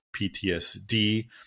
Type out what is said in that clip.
PTSD